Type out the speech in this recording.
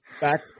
back